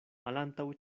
malantaŭ